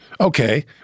Okay